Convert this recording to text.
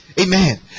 Amen